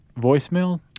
voicemail